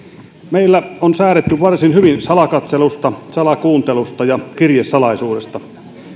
meillä on säädetty varsin hyvin salakatselusta salakuuntelusta ja kirjesalaisuudesta